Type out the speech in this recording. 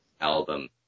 album